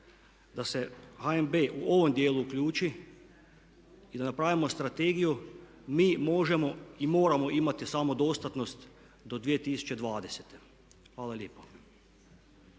da se HNB u ovom dijelu uključi i da napravimo strategiju mi možemo i moramo imati samodostatnost do 2020. Hvala lijepa.